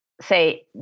say